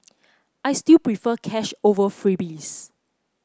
I still prefer cash over freebies